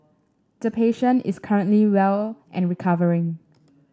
the patient is currently well and recovering